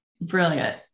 Brilliant